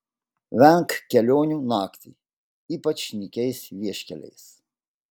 venk kelionių naktį ypač nykiais vieškeliais